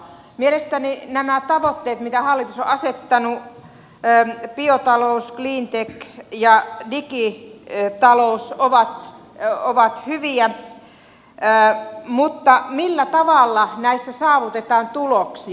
mielestäni nämä tavoitteet joita hallitus on asettanut biotalous cleantech ja digitalous ovat hyviä mutta millä tavalla näissä saavutetaan tuloksia